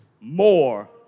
more